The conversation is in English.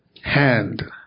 hand